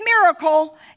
miracle